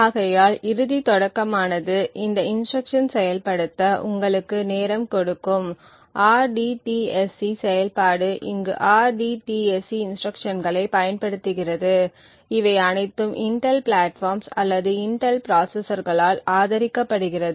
ஆகையால் இறுதி தொடக்கமானது இந்த இன்ஸ்ட்ருக்ஷன்ஸ் செயல்படுத்த உங்களுக்கு நேரம் கொடுக்கும் rdtsc செயல்பாடு இங்கு rdtsc இன்ஸ்ட்ருக்ஷன்ஸ்களை பயன்படுத்துகிறது இவை அனைத்தும் இன்டெல் பிளாட்பார்ம்ஸ் அல்லது இன்டெல் ப்ராசசர்ஸ்களால் ஆதரிக்கப்படுகிறது